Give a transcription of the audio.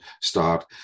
start